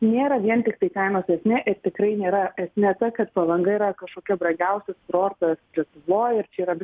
nėra vien tiktai kainose esmė ir tikrai nėra ne ta kad palanga yra kažkokia brangiausias kurortas lietuvoj ir čia yra